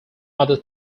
other